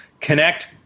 Connect